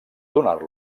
donar